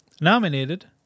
nominated